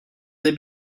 they